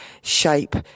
shape